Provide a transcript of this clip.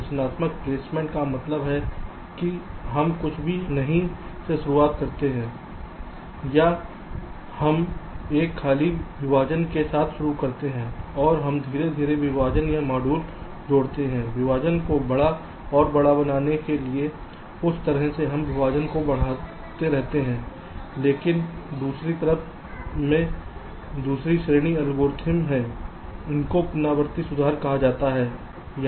रचनात्मक प्लेसमेंट का मतलब है कि हम कुछ भी नहीं से शुरुआत कर रहे हैं या हम एक खाली विभाजन के साथ शुरू कर रहे हैं और हम धीरे धीरे विभाजन या मॉड्यूल जोड़ते हैं विभाजन को बड़ा और बड़ा बनाने के लिए उस तरह से हम विभाजन को बढ़ने देते हैं लेकिन दूसरे तरफ में दूसरी श्रेणी एल्गोरिदम है इनको पुनरावृति सुधार कहा जाता है